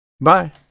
Bye